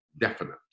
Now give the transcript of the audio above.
definite